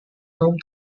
home